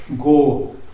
go